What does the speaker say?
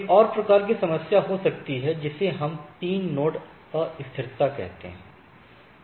एक और प्रकार की समस्या हो सकती है जिसे हम तीन नोड अस्थिरता कहते हैं